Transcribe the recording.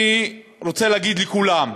אני רוצה להגיד לכולם,